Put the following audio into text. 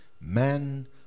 Man